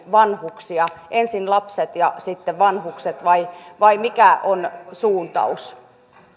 vanhuksia ensin lapset ja sitten vanhukset vai vai mikä on suuntaus